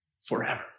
Forever